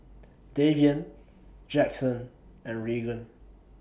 Davian Jackson and Regan